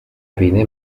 winy